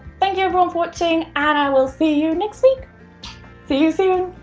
thank you everyone for watching and i will see you next week see you soon.